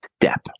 step